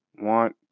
want